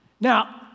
Now